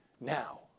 now